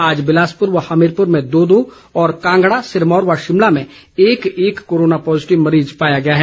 आज बिलासपुर व हमीरपुर में दो दो और कांगड़ा सिरमौर तथा शिमला में एक एक कोरोना पॉजिटिव मरीज पाया गया है